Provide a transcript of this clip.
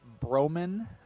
Broman